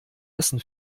hessen